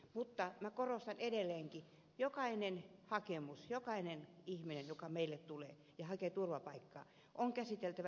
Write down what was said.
mutta minä korostan edelleenkin että jokainen hakemus jokaisen ihmisen hakemus joka meille tulee ja jossa haetaan turvapaikkaa on käsiteltävä yksilöllisesti